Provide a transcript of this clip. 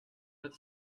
that